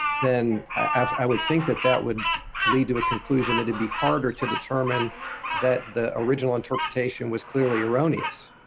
then i would think that that would lead to a conclusion that it'd be harder to determine that the original interpretation was clearly erroneous.